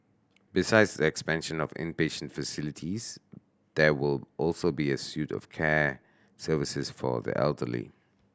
besides expansion of inpatient facilities there will also be a suite of care services for the elderly